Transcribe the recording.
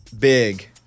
Big